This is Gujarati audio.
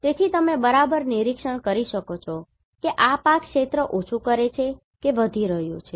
તેથી તમે બરાબર નિરીક્ષણ કરી શકો છો કે આ પાક ક્ષેત્ર ઓછું કરે છે કે વધી રહ્યું છે